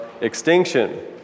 extinction